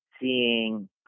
seeing